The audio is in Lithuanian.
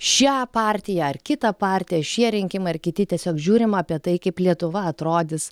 šią partiją ar kitą partiją šie rinkimai ar kiti tiesiog žiūrima apie tai kaip lietuva atrodys